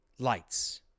Lights